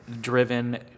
driven